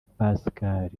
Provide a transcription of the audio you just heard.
pascal